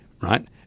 Right